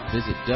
Visit